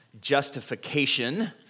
justification